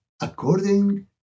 according